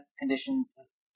conditions